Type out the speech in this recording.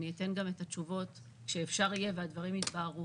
אתן גם את התשובות כשיהיה אפשר והדברים יתבהרו.